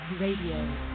Radio